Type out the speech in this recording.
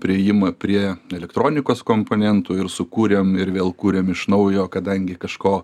priėjimą prie elektronikos komponentų ir sukūrėm ir vėl kūrėm iš naujo kadangi kažko